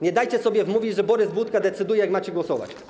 Nie dajcie sobie wmówić, że Borys Budka decyduje, jak macie głosować.